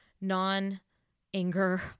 non-anger